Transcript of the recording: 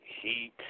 Heat